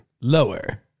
Lower